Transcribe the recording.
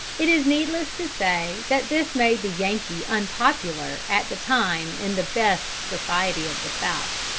it is needless to say that this made the yankee unpopular at the time in the best society of the south.